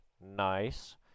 Nice